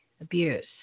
abuse